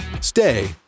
stay